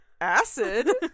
Acid